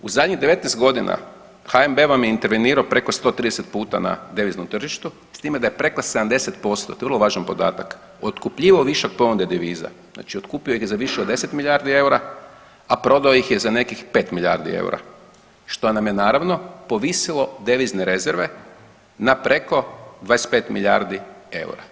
U zadnjih 19 godina HNB vam je intervenirao preko 130 puta na deviznom tržištu s time da je preko 70%, to je vrlo važan podatak, otkupljivao višak ponude deviza, znači otkupio ih je za više od 10 milijardi eura, a prodao ih je za nekih 5 milijardi eura, što nam je naravno povisilo devizne rezerve na preko 25 milijardi eura.